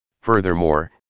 furthermore